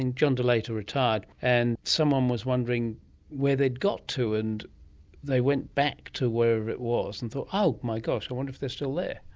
and john de laeter retired and someone was wondering where they'd got to, and they went back to wherever it was and thought, oh my gosh, i wonder if they're still there.